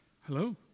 Hello